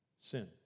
sin